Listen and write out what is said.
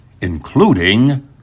including